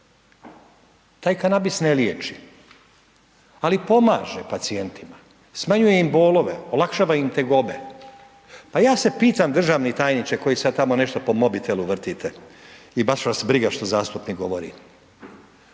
taj kanabis ne liječi, ali pomaže pacijentima, smanjuje im bolove, olakšava im tegobe. Pa ja se pitam državni tajniče, koji sada tamo nešto po mobitelu vrtite i baš vas briga što zastupnik govori.